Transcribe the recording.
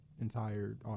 entire